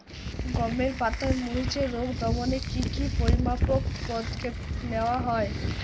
গমের পাতার মরিচের রোগ দমনে কি কি পরিমাপক পদক্ষেপ নেওয়া হয়?